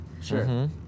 Sure